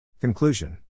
CONCLUSION